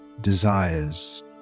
desires